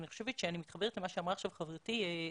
אני חושבת שאני מתחברת למה שאמרה עכשיו חברתי טלי